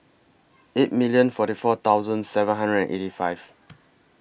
eight million forty four seven hundred and eighty five